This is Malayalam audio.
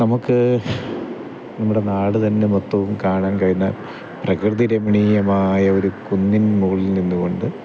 നമുക്ക് നമ്മുടെ നാട് തന്നെ മൊത്തവും കാണാൻ കഴിയുന്ന പ്രകൃതി രമണീയമായ ഒരു കുന്നിൻ മുകളിൽ നിന്നുകൊണ്ട്